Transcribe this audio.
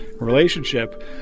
relationship